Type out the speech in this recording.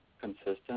Consistent